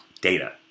data